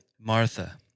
Martha